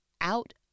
out